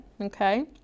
Okay